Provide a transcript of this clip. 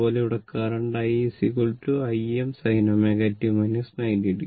അതുപോലെ ഇവിടെ current Im sin ω t 90 o